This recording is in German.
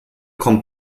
kommt